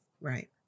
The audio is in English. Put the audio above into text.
Right